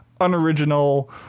unoriginal